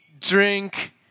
drink